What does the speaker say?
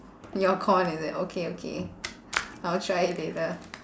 your corn is it okay okay I'll try it later